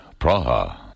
Praha